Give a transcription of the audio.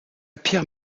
pierre